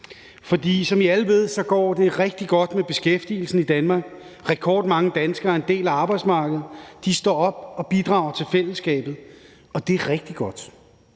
For som I alle ved, går det rigtig godt med beskæftigelsen i Danmark. Rekordmange danskere er en del af arbejdsmarkedet, de står op og bidrager til fællesskabet, og det er rigtig godt.